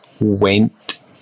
went